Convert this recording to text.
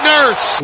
Nurse